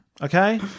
Okay